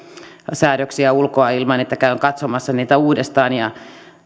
säädöksiä ulkoa ilman että käyn katsomassa niitä uudestaan